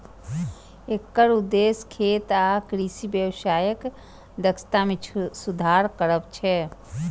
एकर उद्देश्य खेत आ कृषि व्यवसायक दक्षता मे सुधार करब छै